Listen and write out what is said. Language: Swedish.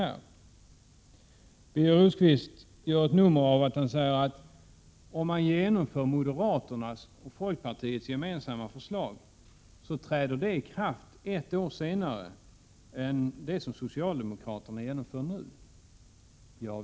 Birger Rosqvist säger att om man genomför moderaternas och folkpartiets gemensamma förslag, träder det i kraft ett år senare än det som socialdemokraterna genomför nu, och han försöker att göra ett nummer av detta.